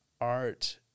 art